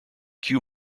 cue